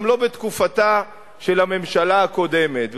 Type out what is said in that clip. גם לא בתקופתה של הממשלה הקודמת.